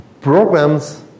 programs